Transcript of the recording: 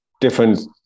different